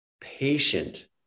patient